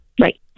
Right